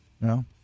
No